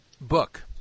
book